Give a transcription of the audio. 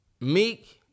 Meek